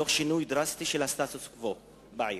תוך שינוי דרסטי של הסטטוס-קוו בעיר.